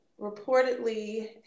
reportedly